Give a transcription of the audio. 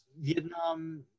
Vietnam